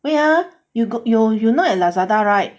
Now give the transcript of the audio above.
wait ah you know at Lazada right